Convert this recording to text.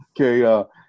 okay